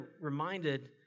reminded